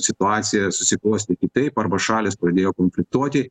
situacija susiklostė kitaip arba šalys pradėjo konfliktuoti